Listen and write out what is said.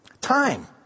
Time